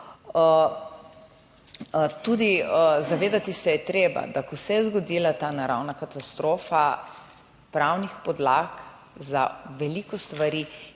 Tudi zavedati se je treba, da ko se je zgodila ta naravna katastrofa, pravnih podlag za veliko stvari